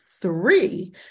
Three